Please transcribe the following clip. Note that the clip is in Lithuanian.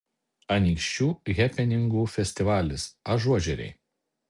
anykščių hepeningų festivalis ažuožeriai